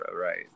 right